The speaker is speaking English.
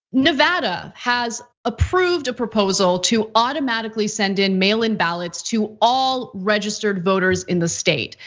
nevada has approved a proposal to automatically send in mail-in ballots to all registered voters in the state.